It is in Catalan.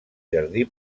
jardí